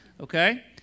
Okay